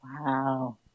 Wow